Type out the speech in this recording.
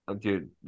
Dude